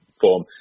form